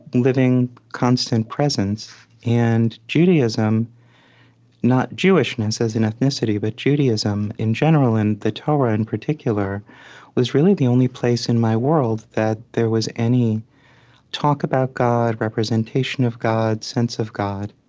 living, constant presence. and judaism not jewishness as in ethnicity, but judaism in general and the torah in particular was really the only place in my world that there was any talk about god, representation of god, sense of god